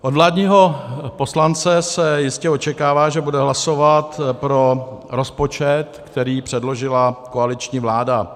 Od vládního poslance se jistě očekává, že bude hlasovat pro rozpočet, který předložila koaliční vláda.